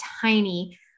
tiny